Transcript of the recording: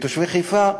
ותושבי חיפה,